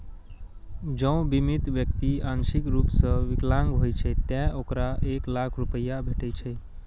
जौं बीमित व्यक्ति आंशिक रूप सं विकलांग होइ छै, ते ओकरा एक लाख रुपैया भेटै छै